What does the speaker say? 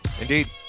Indeed